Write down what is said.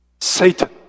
Satan